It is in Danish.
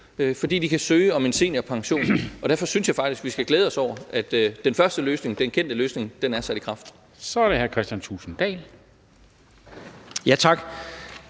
fordi de kan søge om en seniorpension. Derfor synes jeg faktisk, at vi skal glæde os over, at den første løsning, den kendte løsning, er sat i værk. Kl. 14:29 Formanden (Henrik Dam